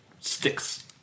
sticks